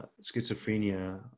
schizophrenia